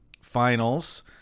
finals